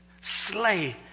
slay